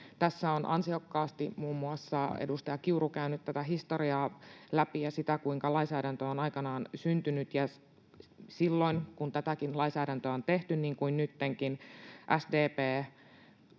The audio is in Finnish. Tässä on ansiokkaasti muun muassa edustaja Kiuru käynyt läpi tätä historiaa ja sitä, kuinka lainsäädäntö on aikanaan syntynyt. Ja silloin, kun tätäkin lainsäädäntöä on tehty, niin kuin nyttenkin, SDP